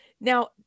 Now